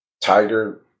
tiger